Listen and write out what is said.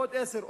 עוד עשרה,